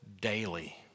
daily